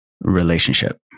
relationship